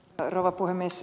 rouva puhemies